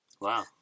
wow